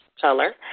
color